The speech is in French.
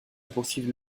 poursuivent